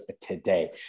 today